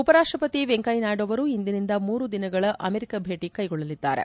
ಉಪರಾಷ್ಟ ಪತಿ ವೆಂಕಯ್ಯನಾಯ್ಡು ಅವರು ಇಂದಿನಿಂದ ಮೂರು ದಿನಗಳ ಅಮೆರಿಕ ಭೇಟಿ ಕೈಗೊಳ್ಳಲಿದ್ದಾರೆ